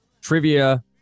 trivia